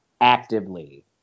actively